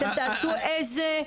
אתם תעשו איזה?